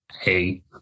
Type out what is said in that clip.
Hey